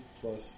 plus